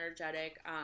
energetic